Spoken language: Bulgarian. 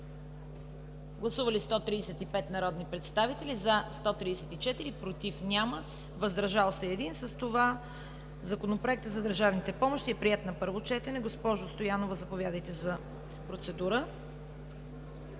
Гласували 135 народни представители: за 134, против няма, въздържал се 1. С това Законопроектът за държавните помощи е приет на първо четене. Госпожо Стоянова, заповядайте за процедура.